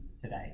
today